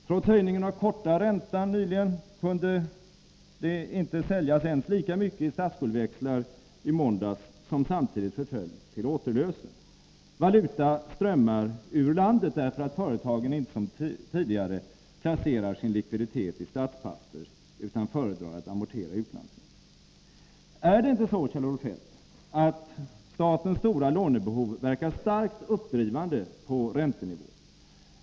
Trots höjningen av korta räntan nyligen kunde det i måndags inte säljas statsskuldväxlar ens till ett lika stort belopp som summan av de statsskuldväxlar som samtidigt förföll till återlösen. Valuta strömmar ur landet, därför att företagen inte som tidigare placerar sin likviditet i statspapper utan föredrar att amortera utlandslån. Är det inte så, Kjell-Olof Feldt, att statens stora lånebehov verkar starkt uppdrivande på räntenivån?